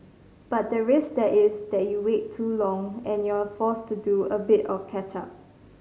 but the risk there is that you wait too long and you're forced to do a bit of catch up